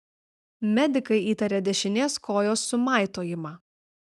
medikai įtarė dešinės kojos sumaitojimą